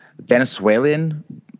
Venezuelan